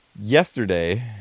Yesterday